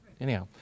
Anyhow